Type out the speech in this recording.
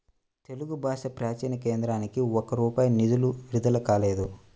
తెలుగు భాషా ప్రాచీన కేంద్రానికి ఒక్క రూపాయి నిధులు విడుదల కాలేదు